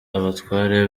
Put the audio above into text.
abatware